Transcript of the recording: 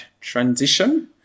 transition